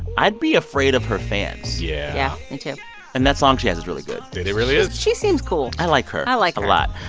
i'd be afraid of her fans yeah yeah. me, too and that song she has is really good it really is she seems cool i like her i like her a lot.